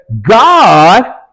god